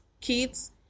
kids